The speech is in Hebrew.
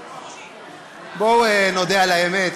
בואו נודה על האמת,